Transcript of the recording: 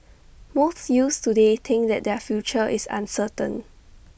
most youths today think that their future is uncertain